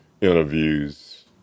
interviews